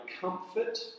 comfort